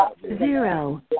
Zero